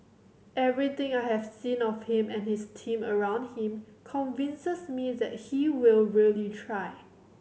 everything I have seen of him and his team around him convinces me that he will really try